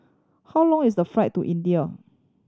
how long is the flight to India